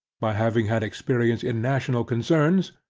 by having had experience in national concerns,